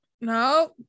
no